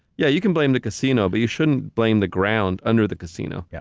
yeah, you can blame the casino, but you shouldn't blame the ground under the casino. yeah.